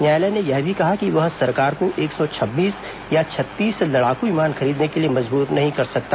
न्यायालय ने यह भी कहा कि वह सरकार को एक सौ छब्बीस या छत्तीस लडाक विमान खरीदने के लिए मजबूर नहीं कर सकता